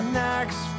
next